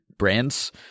brands